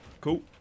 Cool